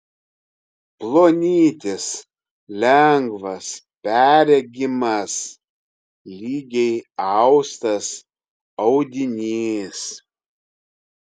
plonytis lengvas perregimas lygiai austas audinys